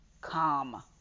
come